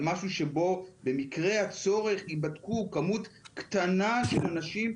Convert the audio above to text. על משהו שבו במקרה הצורך תיבדק כמות קטנה של אנשים.